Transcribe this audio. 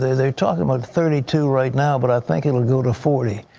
they're talking about thirty two right now, but i think it will go to forty.